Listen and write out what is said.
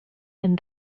and